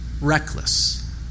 reckless